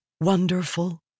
wonderful